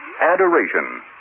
Adoration